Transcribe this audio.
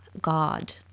god